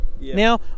Now